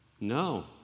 No